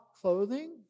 clothing